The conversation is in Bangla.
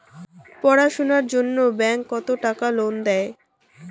পড়াশুনার জন্যে ব্যাংক কত টাকা লোন দেয়?